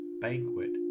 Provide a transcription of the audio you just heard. banquet